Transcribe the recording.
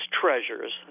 treasures